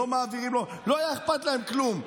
לא היה אכפת להם כלום.